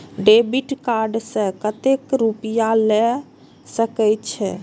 Debit card से कतेक रूपया ले सके छै?